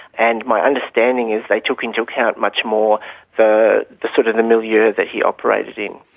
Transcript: and my understanding is they took into account much more the the sort of the milieu that he operated in.